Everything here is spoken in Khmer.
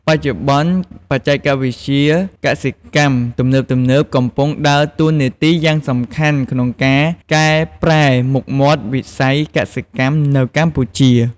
បច្ចុប្បន្នបច្ចេកវិទ្យាកសិកម្មទំនើបៗ កំពុងដើរតួនាទីយ៉ាងសំខាន់ក្នុងការកែប្រែមុខមាត់វិស័យកសិកម្មនៅកម្ពុជា។